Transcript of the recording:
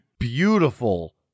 beautiful